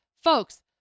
Folks